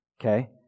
okay